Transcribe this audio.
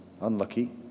Unlucky